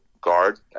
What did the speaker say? guard